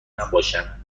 نباشند